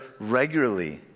regularly